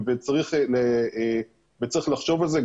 וצריך לחשוב על זה.